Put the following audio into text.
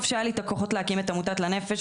טוב שהיו לי את הכוחות להקים את עמותת לנפ"ש,